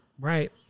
right